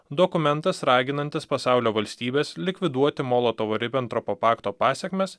dokumentas raginantis pasaulio valstybes likviduoti molotovo ribentropo pakto pasekmes